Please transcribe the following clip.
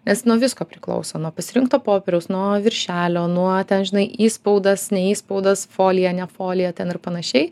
nes nuo visko priklauso nuo pasirinkto popieriaus nuo viršelio nuo žinai įspaudas ne įspaudas folija ne folija ten ir panašiai